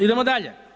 Idemo dalje.